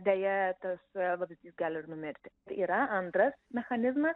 deja tas vabzdys gali ir numirti yra antras mechanizmas